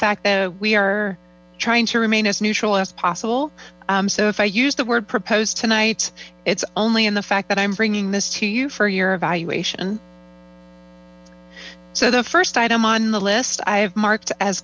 fact that we are trying to remain as neutral as possible so if i use the word proposed tonight it's only in the fact that i'm bringing this to you for your evaluation so the first item on the list i have marked as